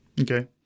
Okay